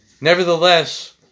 Nevertheless